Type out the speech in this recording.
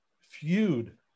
feud